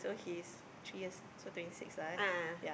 so he's three years so twenty six lah eh yeah